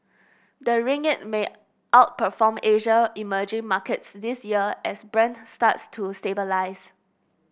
the ringgit may outperform Asia emerging markets this year as Brent starts to stabilise